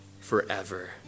forever